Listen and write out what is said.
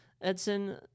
Edson